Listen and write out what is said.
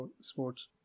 sports